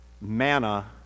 manna